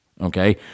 okay